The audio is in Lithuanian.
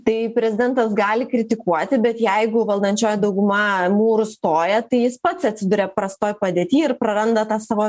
tai prezidentas gali kritikuoti bet jeigu valdančioji dauguma mūru stoja tai jis pats atsiduria prastoj padėty ir praranda tą savo